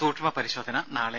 സൂക്ഷ്മ പരിശോധന നാളെ